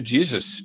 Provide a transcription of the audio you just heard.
Jesus